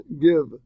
give